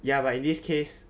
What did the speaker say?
ya but in this case